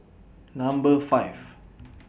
Number five